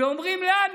ואומרים לנו,